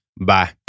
Bye